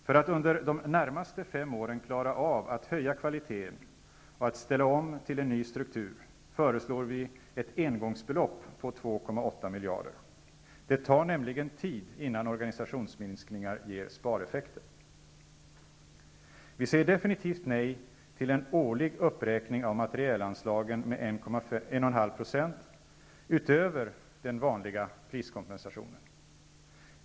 För att under de närmaste fem åren klara av att höja kvaliteten och att ställa om till en ny struktur föreslår vi ett engångsbelopp på 2,8 miljarder. Det tar nämligen tid innan organisationsminskningar ger spareffekter. Vi säger definitivt nej till en årlig uppräkning av materielanslagen med 1,5 % utöver den vanliga priskompensationen.